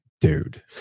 Dude